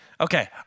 okay